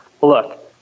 Look